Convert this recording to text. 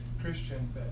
Christian